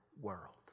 world